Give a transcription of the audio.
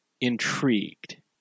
intrigued